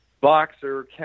boxer